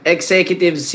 Executive